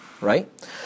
right